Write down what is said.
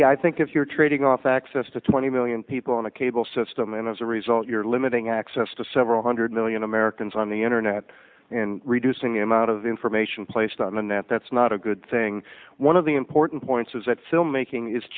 three i think if you're trading off access to twenty million people in the cable system and as a result you're limiting access to several hundred million americans on the internet and reducing the amount of information placed on the net that's not a good thing one of the important points is that filmmaking is